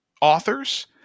authors